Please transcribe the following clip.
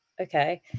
okay